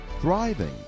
Thriving